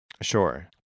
Sure